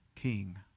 king